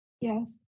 Yes